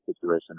situation